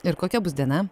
ir kokia bus diena